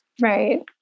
Right